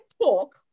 talk